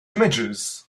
images